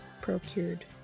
Procured